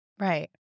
Right